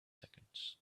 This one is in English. seconds